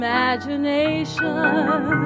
Imagination